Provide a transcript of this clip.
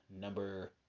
number